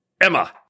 Emma